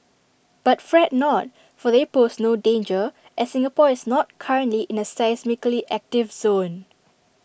but fret not for they pose no danger as Singapore is not currently in A seismically active zone